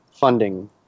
funding